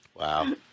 Wow